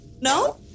No